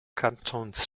kantons